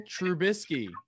Trubisky